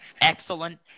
excellent